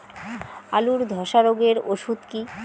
আলুর ধসা রোগের ওষুধ কি?